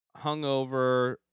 hungover